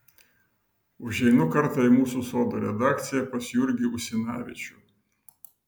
užeinu kartą į mūsų sodų redakciją pas jurgį usinavičių